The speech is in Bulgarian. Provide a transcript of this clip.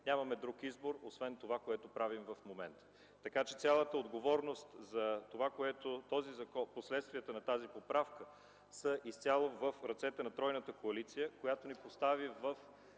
нямаме друг избор освен това, което правим в момента. Така че цялата отговорност за последствията на тази поправка е изцяло в ръцете на тройната коалиция, която ни постави в